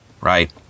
Right